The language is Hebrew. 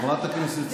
חברת הכנסת סטרוק,